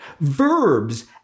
Verbs